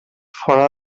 fora